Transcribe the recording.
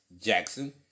Jackson